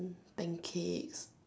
pancake